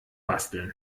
basteln